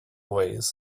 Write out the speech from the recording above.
ways